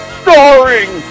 starring